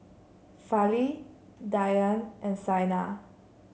Fali Dhyan and Saina